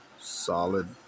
solid